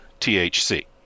THC